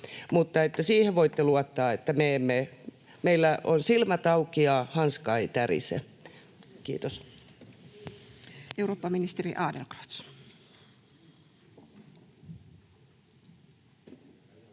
siihen voitte luottaa, että meillä ovat silmät auki ja hanska ei tärise. — Kiitos.